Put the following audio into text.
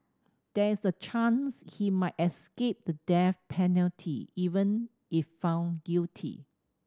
there is a chance he might escape the death penalty even if found guilty